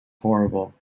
horrible